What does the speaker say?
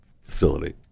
Facility